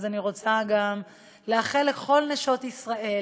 אז אני רוצה גם לאחל לכל נשות ישראל: